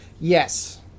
Yes